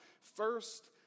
First